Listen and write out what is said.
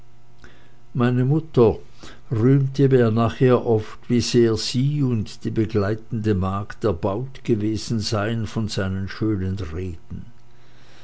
meine mutter rühmte mir nachher oft wie sehr sie und die begleitende magd erbaut gewesen seien von seinen schönen reden